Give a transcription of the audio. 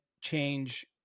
change